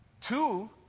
two